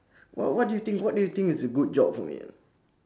what what do you think what do you think is a good job for me man